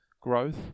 growth